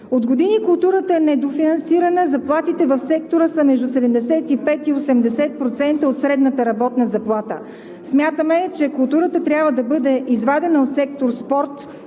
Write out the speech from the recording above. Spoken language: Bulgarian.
От години културата е недофинансирана, а заплатите в сектора са между 75 – 80% от средната работна заплата. Смятаме, че културата трябва да бъде извадена от сектор „Спорт,